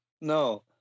no